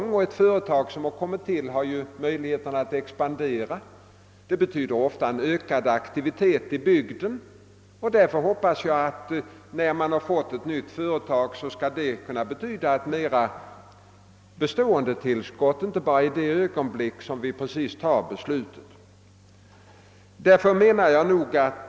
Vidare har ett företag som startat en verksamhet möjlighet att expandera; det betyder ofta ökad aktivitet i bygden. Därför hoppas jag att ett nytt företag skall innebära ett mer bestående tillskott i fråga om sysselsättning.